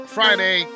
Friday